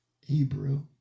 Hebrew